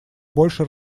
больше